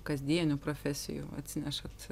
kasdienių profesijų atsinešat